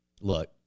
look